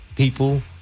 People